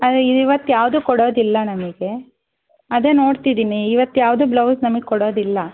ಅದೇ ಇ ಇವತ್ಯಾವ್ದು ಕೊಡೋದಿಲ್ಲ ನಮಗೆ ಅದೇ ನೋಡ್ತಿದ್ದೀನಿ ಇವತ್ಯಾವ್ದು ಬ್ಲೌಸ್ ನಮಗೆ ಕೊಡೋದಿಲ್ಲ